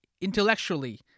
intellectually